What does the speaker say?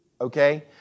Okay